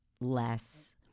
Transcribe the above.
less